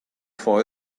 for